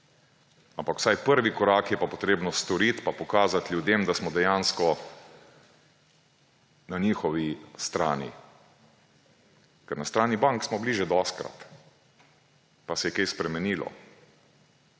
Ampak vsaj prvi korak je pa potrebno storiti in pokazati ljudem, da smo dejansko na njihovi strani. Ker na strani bank smo bili že dostikrat. Pa se je kaj spremenilo?